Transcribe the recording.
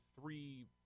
three